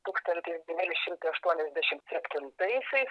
tūkstantis devyni šimtai aštuoniasdešimt septintaisiais